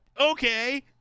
okay